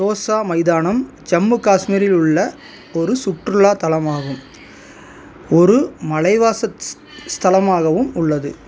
தோசா மைதானம் ஜம்மு காஷ்மீரில் உள்ள ஒரு சுற்றுலா தலமாகவும் ஒரு மலைவாசஸ்தலமாகவும் உள்ளது